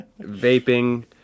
vaping